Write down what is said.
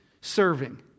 serving